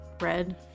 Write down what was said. Red